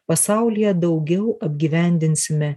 pasaulyje daugiau apgyvendinsime